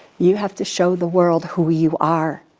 you have to show the world who you are.